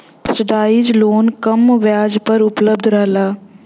subsidise loan कम ब्याज पर उपलब्ध रहला